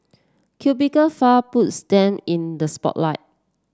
cubicle file puts them in the spotlight